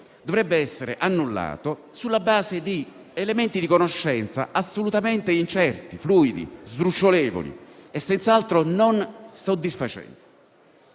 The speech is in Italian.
dovrebbe essere annullato sulla base di elementi di conoscenza assolutamente incerti, fluidi, sdrucciolevoli e senz'altro non soddisfacenti.